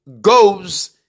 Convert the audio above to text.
goes